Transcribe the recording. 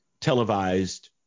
televised